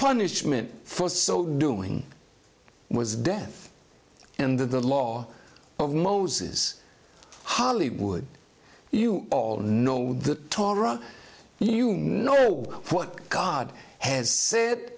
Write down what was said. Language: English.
punishment for so doing was death and that the law of moses hollywood you know the torah you know what god has said